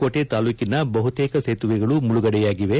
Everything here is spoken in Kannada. ಕೋಟೆ ತಾಲೂಕಿನ ಬಹುತೇಕ ಸೇತುವೆಗಳು ಮುಳುಗಡೆಯಾಗಿವೆ